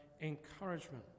encouragement